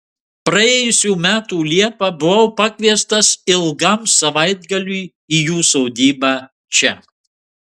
praėjusių metų liepą buvau pakviestas ilgam savaitgaliui į jų sodybą čia